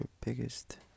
biggest